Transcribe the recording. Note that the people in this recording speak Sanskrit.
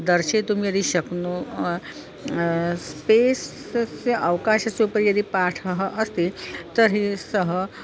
दर्शयितुं यदि शक्नुमह स्पेस्सस्य अवकाशस्य उपरि यदि पाठः अस्ति तर्हि सः